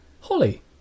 Holly